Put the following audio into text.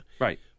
right